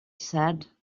said